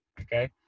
okay